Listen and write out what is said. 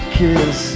kiss